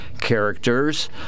characters